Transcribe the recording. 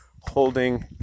holding